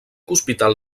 hospital